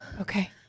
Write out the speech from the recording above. Okay